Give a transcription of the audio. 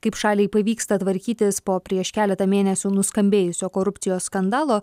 kaip šaliai pavyksta tvarkytis po prieš keletą mėnesių nuskambėjusio korupcijos skandalo